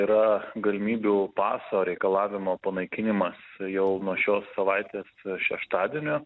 yra galimybių paso reikalavimo panaikinimas jau nuo šios savaitės šeštadienio